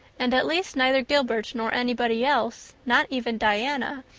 and at least neither gilbert nor anybody else, not even diana,